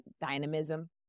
dynamism